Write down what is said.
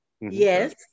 yes